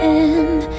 end